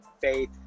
faith